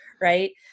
right